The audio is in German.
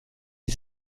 die